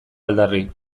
aldarri